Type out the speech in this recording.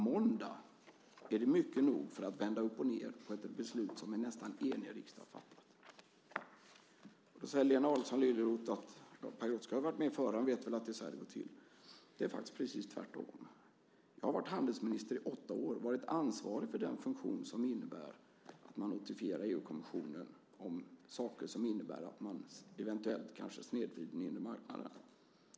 Måndag är det mycket nog för att vända upp och ned på ett beslut som en nästan enig riksdag har fattat. Så säger Lena Adelsohn Liljeroth: Pagrotsky har varit med förr. Han vet väl att det är så här det går till. Det är faktiskt precis tvärtom. Jag har varit handelsminister i åtta år, varit ansvarig för den funktion som innefattar att man notifierar EU-kommissionen om saker som innebär att man eventuellt snedvrider den inre marknaden.